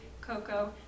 cocoa